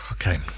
Okay